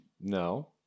No